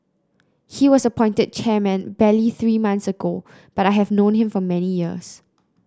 he was appointed chairman barely three months ago but I have known him for many years